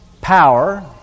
power